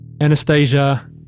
Anastasia